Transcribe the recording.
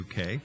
UK